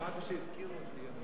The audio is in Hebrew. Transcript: שמעתי שהזכירו אותי.